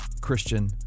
Christian